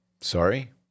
Sorry